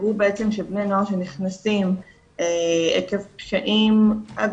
הראו שבני נוער שנכנסים עקב פשעים לא